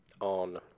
on